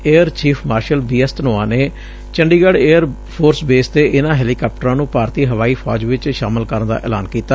air chief marshal BS Dhanoa ਨੇ Chandigarh air force base ਤੇ ਇਨਾਂ ਹੈਲੀਕਾਪਟਰਾਂ ਨੂੰ ਭਾਰਤੀ ਹਵਾਈ ਫੌਜ ਵਿਚ ਸ਼ਾਮਲ ਕਰਨ ਦਾ ਐਲਾਨ ਕੀਤਾ